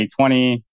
2020